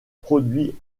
produit